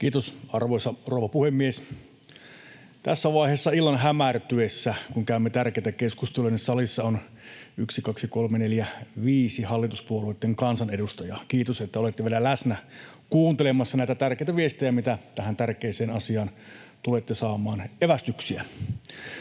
Kiitos, arvoisa rouva puhemies! Tässä vaiheessa illan hämärtyessä, kun käymme tärkeitä keskusteluja, salissa on yksi, kaksi, kolme, neljä, viisi hallituspuolueitten kansanedustajaa. Kiitos, että olette vielä läsnä kuuntelemassa näitä tärkeitä viestejä, mitä tähän tärkeään asiaan tulette saamaan evästyksiä.